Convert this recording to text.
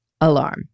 alarm